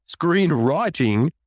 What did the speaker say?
screenwriting